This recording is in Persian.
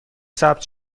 ثبت